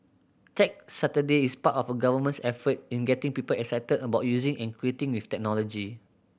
Tech Saturday is part of the Government's effort in getting people excited about using and creating with technology